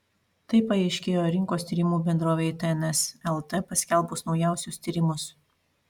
tai paaiškėjo rinkos tyrimų bendrovei tns lt paskelbus naujausius tyrimus